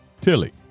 Tilly